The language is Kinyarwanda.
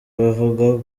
abavuga